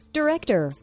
director